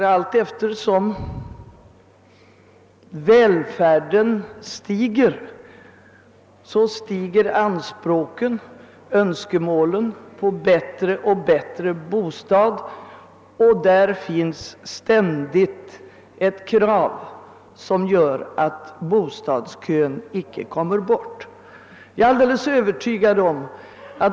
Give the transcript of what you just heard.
Ty allteftersom välfärden stiger, så stiger också anspråken och önskemålen på bättre och bättre bostäder, och där finns ständigt ett krav som gör att bostadskön icke kommer att försvinna.